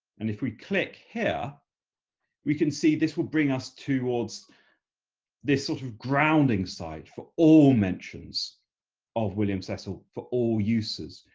and if we click here we can see this will bring us towards this sort of grounding site for all mentions of william cecil for all uses.